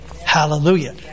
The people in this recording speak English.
Hallelujah